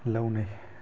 ꯂꯧꯅꯩ